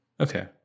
Okay